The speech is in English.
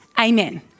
Amen